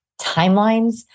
timelines